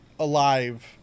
Alive